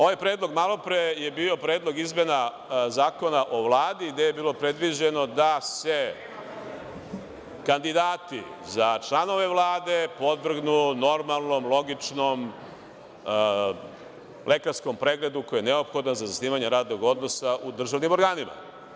Ovaj predlog malopre je bio Predlog izmena Zakona o Vladi gde je bilo predviđeno da se kandidati za članove Vlade podvrgnu normalnom, logičnom lekarskom pregledu koji je neophodan za zasnivanje radnog odnosa u državnim organima.